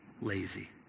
lazy